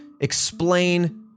explain